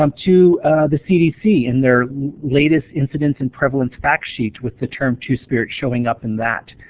um to the cdc and their latest incidence and prevalence fact sheet with the term two-spirit showing up in that.